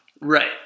Right